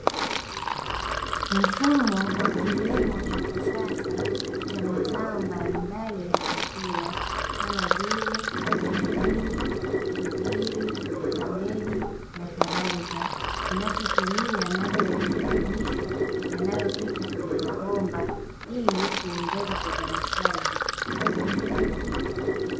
Mfumo wa kilimo cha kisasa cha mazao mbalimbali ya chakula, kama vile: chainizi, figiri, kabeji na kadhalika; kinachotumia maji ya virutubisho yanayopita kwenye mabomba ili kuongeza uzalishaji.